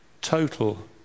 total